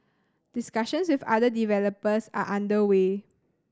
discussions with other developers are under way